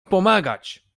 pomagać